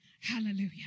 Hallelujah